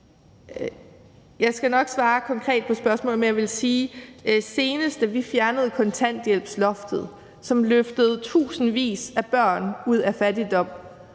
Jeg skal nok svare konkret på spørgsmålet, men jeg vil sige, at jeg, da vi senest fjernede kontanthjælpsloftet, hvad der løftede tusindvis af børn ud af fattigdom,